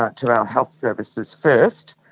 ah to our health services first.